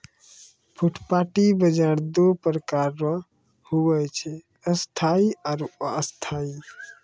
फुटपाटी बाजार दो प्रकार रो हुवै छै स्थायी आरु अस्थायी